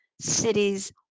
cities